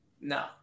No